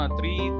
three